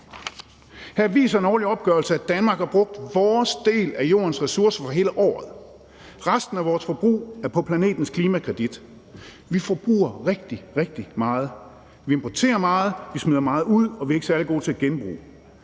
Her viser en årlig opgørelse, at vi i Danmark har brugt vores del af Jordens ressourcer for hele året. Resten af vores forbrug er på planetens klimakredit. Vi forbruger rigtig, rigtig meget. Vi importerer meget, vi smider meget ud, og vi er ikke særlig gode til at genbruge.